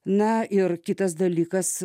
na ir kitas dalykas